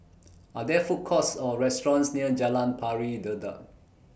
Are There Food Courts Or restaurants near Jalan Pari Dedap